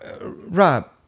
Rob